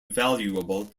valuable